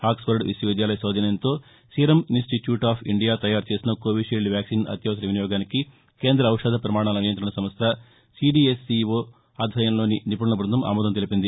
Oxford విశ్వవిద్యాలయ సౌజన్యంతో serum institute of India తయారుచేసిన కొవిషీల్డ్ వ్యాక్సిన్ అత్యవసర వినియోగానికి కేంద్ర ఔషధ ప్రమాణాల నియంత్రణ సంస్ట సీడీఎస్సీవో ఆధ్వర్యంలోని నిపుణుల బృందం ఆమోదం తెలిపింది